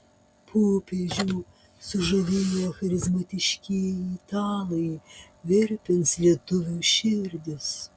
popiežių sužavėję charizmatiškieji italai virpins lietuvių širdis